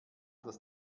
das